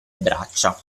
braccia